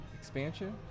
expansion